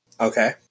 Okay